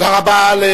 תודה רבה.